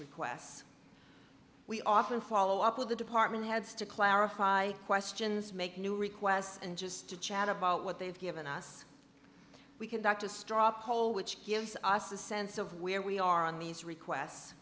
requests we often follow up with the department heads to clarify questions make new requests and just to chat about what they've given us we conduct a straw poll which gives us a sense of where we are on these requests